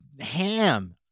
ham